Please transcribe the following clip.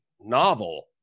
novel